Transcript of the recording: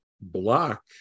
block